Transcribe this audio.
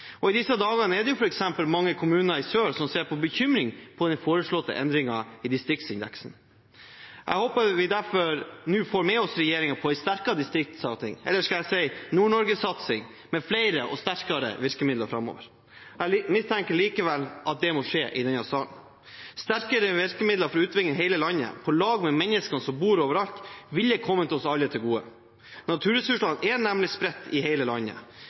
og i disse dager er det f.eks. mange kommuner i sør som ser med bekymring på den foreslåtte endringen i distriktsindeksen. Jeg håper vi derfor nå får med oss regjeringen på en sterkere distriktssatsing – eller skal jeg si Nord-Norge-satsing – med flere og sterkere virkemidler framover. Jeg mistenker likevel at det må skje i denne salen. Sterkere virkemidler for utvikling i hele landet, på lag med menneskene som bor overalt, ville kommet oss alle til gode. Naturressursene er nemlig spredt i hele landet,